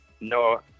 No